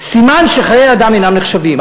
סימן שחיי אדם אינם נחשבים,